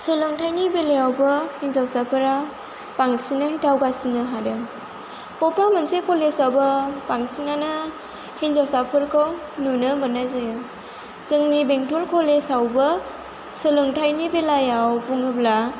सोलोंथायनि बेलायावबो हिन्जावसाफोरा बांसिनै दावगासिननो हादों बबेबा मोनसे कलेजावबो बांसिनानो हिन्जावसाफोरखौ नुनो मोननाय जायो जोंनि बेंटल कलेजावबो सोलोंथायनि बेलायाव बुङोब्ला